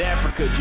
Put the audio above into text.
Africa